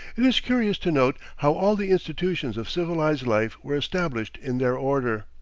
it is curious to note how all the institutions of civilized life were established in their order.